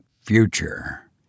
future